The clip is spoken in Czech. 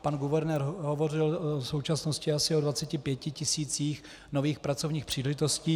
Pan guvernér hovořil v současnosti asi o 25 tisících nových pracovních příležitostí.